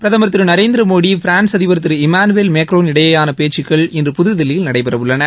பிரதமர் திரு நரேந்திர மோடி பிரான்ஸ் அதிபர் Thiru Emmanuel Macron இடையேயான பேச்சுக்கள் இன்று புதுதில்லியில் நடைபெறவுள்ளன